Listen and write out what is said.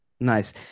Nice